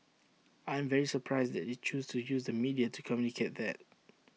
I'm very surprised that they choose to use the media to communicate that